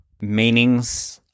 meanings